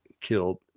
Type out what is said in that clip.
killed